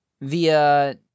via